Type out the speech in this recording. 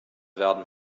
werden